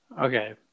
Okay